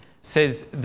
says